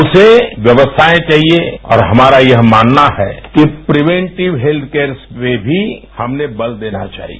उसे व्यवस्थाएं चाहिए और हमाता यह मानना है कि प्रीवेंटिव हेल्थ केयर्स में भी हमें बल देना चाहिए